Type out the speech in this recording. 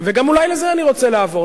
וגם אולי לזה אני רוצה לעבור.